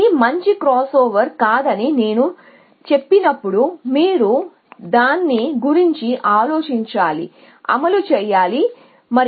ఇది మంచి క్రాస్ఓవర్ కాదని నేను చెప్పినప్పుడు మీరు దాని గురించి ఆలోచించాలి అమలు చేయాలి మరియు చూడాలి